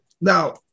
Now